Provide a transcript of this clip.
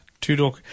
Two-door